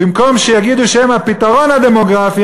במקום שיגידו שהם הפתרון הדמוגרפי,